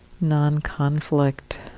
non-conflict